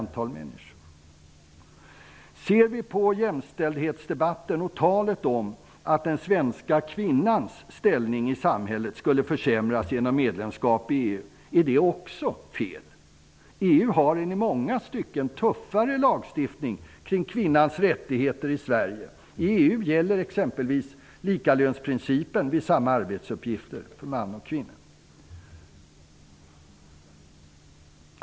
Låt oss se på jämställdhetsdebatten. Talet om att den svenska kvinnans ställning i samhället skulle försämras genom ett medlemskap i EU är också fel. EU har en i många stycket tuffare lagstiftning när det gäller kvinnans rättigheter än vad Sverige har. I EU gäller t.ex. likalönsprincipen vid samma arbetsuppgifter för man och kvinna.